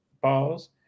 balls